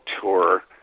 tour